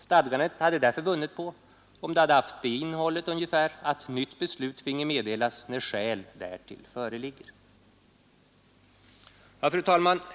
Stadgandet hade därför vunnit på om det hade haft det innehållet att nytt beslut finge meddelas när skäl därtill föreligger. Fru talman!